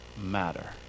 matter